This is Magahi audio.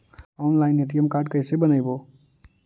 ऑनलाइन ए.टी.एम कार्ड कैसे बनाबौ?